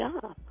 job